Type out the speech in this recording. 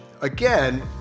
again